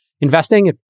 investing